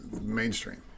mainstream